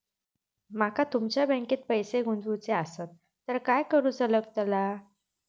माका तुमच्या बँकेत पैसे गुंतवूचे आसत तर काय कारुचा लगतला?